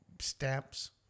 stamps